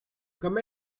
come